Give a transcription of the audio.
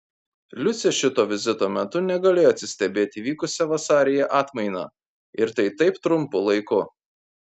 liucė šito vizito metu negalėjo atsistebėti įvykusia vasaryje atmaina ir tai taip trumpu laiku